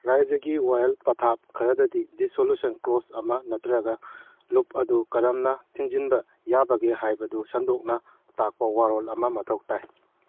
ꯔꯥꯏꯖꯒꯤ ꯋꯥꯌꯦꯜ ꯄꯊꯥꯞ ꯈꯔꯗꯗꯤ ꯗꯤꯁꯁꯣꯂꯨꯁꯟ ꯀ꯭ꯂꯣꯁ ꯑꯃ ꯅꯠꯇ꯭ꯔꯒ ꯂꯨꯞ ꯑꯗꯨ ꯀꯔꯝꯅ ꯊꯤꯡꯖꯤꯟꯕ ꯌꯥꯕꯒꯦ ꯍꯥꯏꯕꯗꯨ ꯁꯟꯗꯣꯛꯅ ꯇꯥꯛꯄ ꯋꯥꯔꯣꯜ ꯑꯃ ꯃꯊꯧ ꯇꯥꯏ